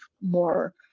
more